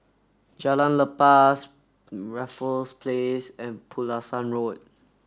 Jalan Lepas Raffles Place and Pulasan Road